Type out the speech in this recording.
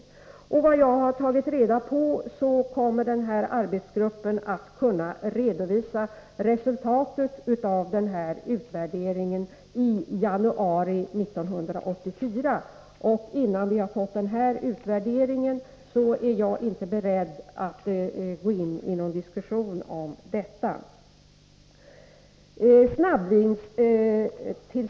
Enligt vad jag har tagit reda på kommer arbetsgruppen att kunna redovisa resultatet av utvärderingen i januari 1984. Innan vi har fått den utvärderingen, är jag inte beredd att gå in i någon diskussion i den här frågan.